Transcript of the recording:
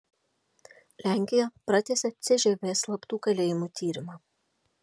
lenkija pratęsė cžv slaptų kalėjimų tyrimą